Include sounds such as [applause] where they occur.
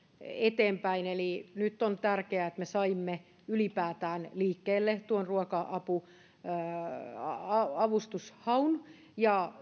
eteenpäin on tärkeää että me saimme ylipäätään liikkeelle tuon ruoka avustushaun ja [unintelligible]